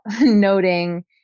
noting